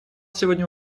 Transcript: сегодня